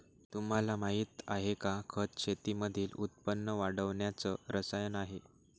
तुम्हाला माहिती आहे का? खत शेतीमधील उत्पन्न वाढवण्याच रसायन आहे